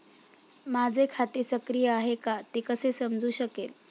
माझे खाते सक्रिय आहे का ते कसे समजू शकेल?